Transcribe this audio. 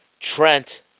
Trent